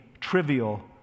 trivial